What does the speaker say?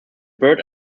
bird